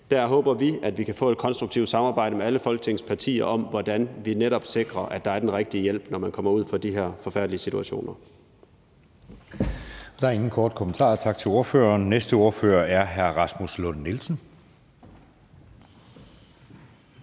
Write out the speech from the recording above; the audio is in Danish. håber vi, at vi kan få et konstruktivt samarbejde med alle Folketingets partier om, hvordan vi netop sikrer, at der er den rigtige hjælp, når man kommer ud for de forfærdelige situationer.